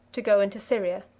to go into syria.